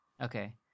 Okay